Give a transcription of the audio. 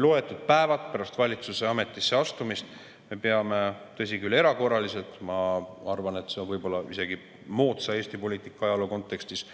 loetud päevad pärast valitsuse ametisse astumist me peame – tõsi küll, erakorraliselt – [umbusaldust avaldama]. Ma arvan, et see on võib-olla isegi moodsa Eesti poliitika ajaloo kontekstis